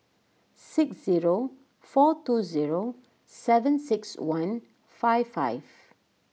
six zero four two zero seven six one five five